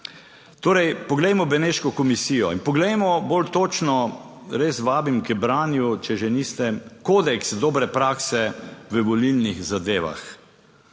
Torej poglejmo Beneško komisijo in poglejmo bolj točno, res vabim k branju, če že niste, kodeks dobre prakse v volilnih zadevah.